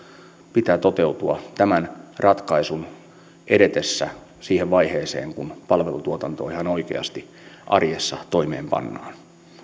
pitää toteutua tämän ratkaisun edetessä siihen vaiheeseen kun palvelutuotantoa ihan oikeasti arjessa toimeenpannaan